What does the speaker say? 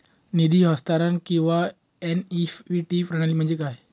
निधी हस्तांतरण किंवा एन.ई.एफ.टी प्रणाली म्हणजे काय?